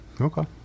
Okay